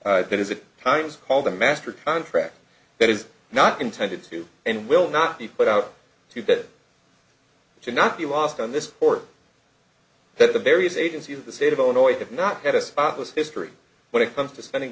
work that is it time is called a master contract that is not intended to and will not be put out to bid to not be lost on this or that the various agencies of the state of illinois have not had a spotless history when it comes to spending